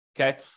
okay